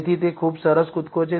તેથી તે ખૂબ સરસ કૂદકો છે